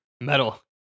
Metal